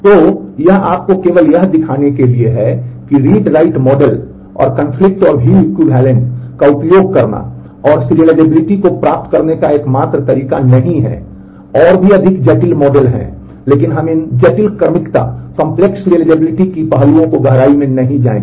तो यह आपको केवल यह दिखाने के लिए है कि रीड राइट पहलुओं की गहराई में नहीं जाएंगे